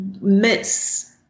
miss